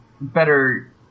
better